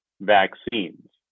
vaccines